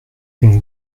une